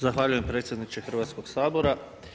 Zahvaljujem predsjedniče Hrvatskog sabora.